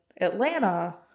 Atlanta